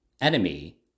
enemy